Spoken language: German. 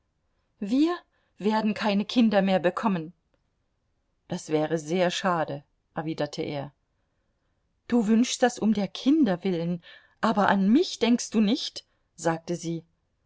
wir werden keine kinder mehr bekommen das wäre sehr schade erwiderte er du wünschst das um der kinder willen aber an mich denkst du nicht sagte sie